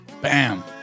Bam